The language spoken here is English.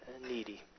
needy